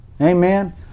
Amen